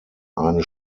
eine